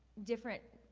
different